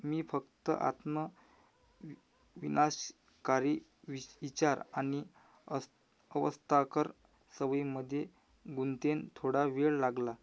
मी फक्त आत्म विनाशकारी विश इचार आणि असं होस्ताकर सवयीमध्ये गुंतीन थोडा वेळ लागला